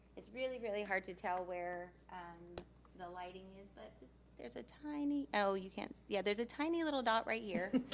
it's really, really hard to tell where the lighting is, but there's a tiny, oh you can't, yeah, there's a tiny little dot right here.